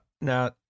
now